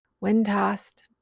wind-tossed